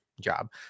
job